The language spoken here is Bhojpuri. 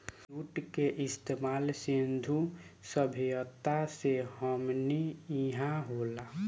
जुट के इस्तमाल सिंधु सभ्यता से हमनी इहा होला